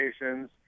locations